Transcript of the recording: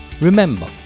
Remember